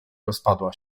rozpadła